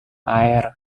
air